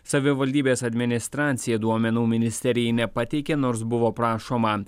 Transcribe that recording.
savivaldybės administracija duomenų ministerijai nepateikė nors buvo prašoma